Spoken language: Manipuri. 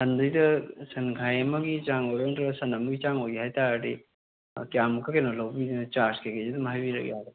ꯁꯟꯁꯤꯗ ꯁꯟꯈꯥꯏ ꯑꯃꯒꯤ ꯆꯥꯡ ꯑꯣꯏꯔꯣ ꯅꯠꯇ꯭ꯔꯒ ꯁꯟ ꯑꯃꯒꯤ ꯆꯥꯡ ꯑꯣꯏꯒꯦ ꯍꯥꯏ ꯇꯥꯔꯗꯤ ꯀꯌꯥꯃꯨꯛꯀ ꯀꯩꯅꯣ ꯂꯧꯕꯤ ꯆꯥꯔꯖ ꯀꯩꯀꯩꯁꯦ ꯑꯗꯨꯝ ꯍꯥꯏꯕꯤꯔꯛ ꯌꯥꯒꯗ꯭ꯔꯥ